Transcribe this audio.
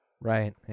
Right